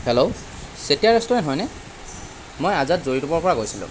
hello চেতিয়া restaurant হয়নে মই আজাদ জৰিটুপৰ পৰা কৈছিলোঁ